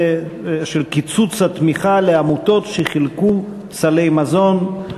של קיצוץ התמיכה לעמותות שחילקו סלי מזון,